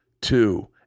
two